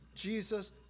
Jesus